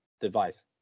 device